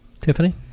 Tiffany